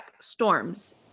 storms